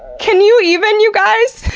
can you even, you guys?